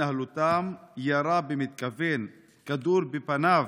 התנהלותם ירה במתכוון כדור בפניו